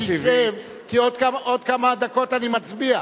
כי עוד כמה דקות אני מצביע.